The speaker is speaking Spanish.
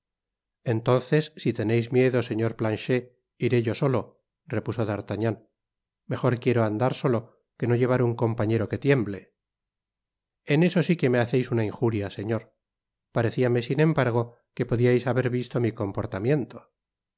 entonces si leñéis miedo señor planchet iré yo solo repuso d'artagnan mejor quiero andar solo que no llevar un compañero que tiemble en eso sí que me haceis una injuria señor parecíame sin embargo que podiais haber visto mi comportamiento